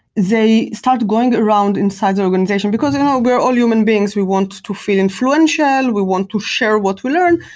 they start going around inside the organization, because and we are all human beings. we want to feel influential. we want to share what we learn.